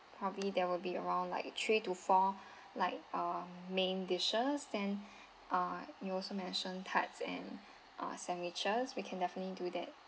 probably there will be around like three to four like um main dishes then uh you also mentioned tarts and uh sandwiches we can definitely do that